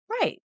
Right